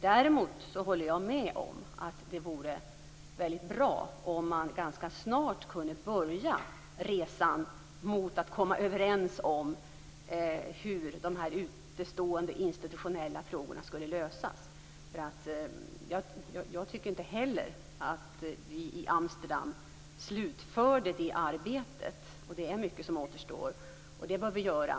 Däremot håller jag med om att det vore väldigt bra om man ganska snart kunde börja resan mot att komma överens om hur de utestående institutionella frågorna skulle lösas. Jag tycker inte heller att vi i Amsterdam slutförde det arbetet. Det är mycket som återstår och som vi bör göra.